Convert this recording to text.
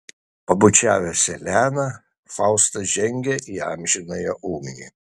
pabučiavęs eleną faustas žengia į amžinąją ugnį